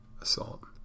assault